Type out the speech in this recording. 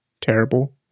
terrible